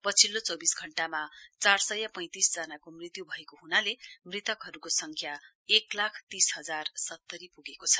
पछिल्लो चौविस घण्टामा चार सय पैंतिस जनाको मृत्यु भएको हुनाले मृत्कहरुको संख्या एक लाख तीस हजार सत्तरी पुगेको छ